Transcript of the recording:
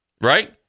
Right